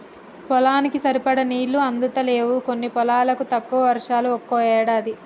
పొలానికి సరిపడా నీళ్లు అందుతలేవు కొన్ని పొలాలకు, తక్కువ వర్షాలు ఒక్కో ఏడాది